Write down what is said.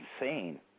insane